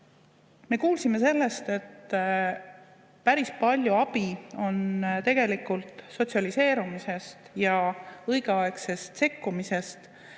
Me kuulsime sellest, et päris palju abi on tegelikult sotsialiseerumisest ja õigeaegsest sekkumisest.